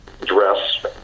dress